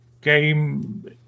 game